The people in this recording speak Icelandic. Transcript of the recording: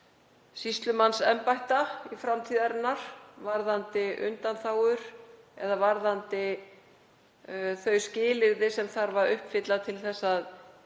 sýslumannsembætta framtíðarinnar varðandi undanþágur eða varðandi þau skilyrði sem þarf að uppfylla til að